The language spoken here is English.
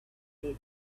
their